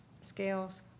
scales